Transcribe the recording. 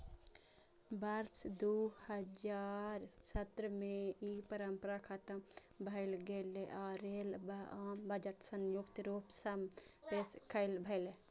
वर्ष दू हजार सत्रह मे ई परंपरा खतम भए गेलै आ रेल व आम बजट संयुक्त रूप सं पेश कैल गेलै